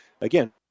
Again